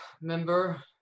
member